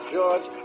George